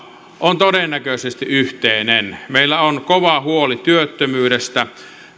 on todennäköisesti yhteinen meillä on kova huoli työttömyydestä